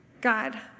God